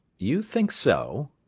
you think so?